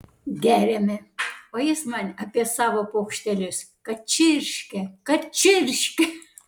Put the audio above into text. geriame o jis man apie savo paukštelius kad čirškia kad čirškia